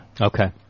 Okay